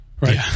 right